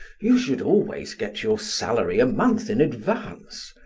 you should always get your salary a month in advance.